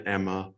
Emma